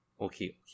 Okay